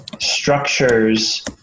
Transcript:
structures